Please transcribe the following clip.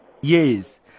yes